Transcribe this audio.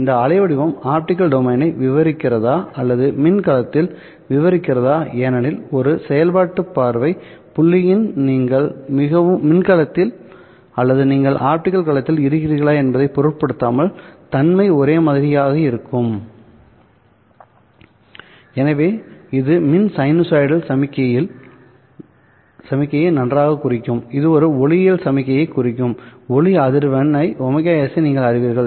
இந்த அலைவடிவம் ஆப்டிகல் டொமைனை விவரிக்கிறதா அல்லது மின் களத்தில் விவரிக்கப்படுகிறதாஏனெனில் ஒரு செயல்பாட்டு பார்வை புள்ளியின் நீங்கள் மின் களத்தில் அல்லது நீங்கள் ஆப்டிகல் களத்தில் இருக்கிறீர்களா என்பதைப் பொருட்படுத்தாமல் தன்மை ஒரே மாதிரியாக இருக்கும் எனவே இது மின் சைனூசாய்டல் சமிக்ஞையில் நன்றாகக் குறிக்கும் இது ஒரு ஒளியியல் சமிக்ஞையை குறிக்கும்ஒளி அதிர்வெண் ωs நீங்கள் அறிவீர்கள்